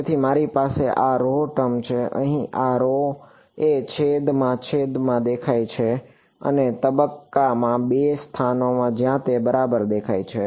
તેથી મારી પાસે આ rho ટર્મ છે અહીં આ rho એ છેદમાં દેખાય છે અને તબક્કામાં 2 સ્થાનો જ્યાં તે બરાબર દેખાય છે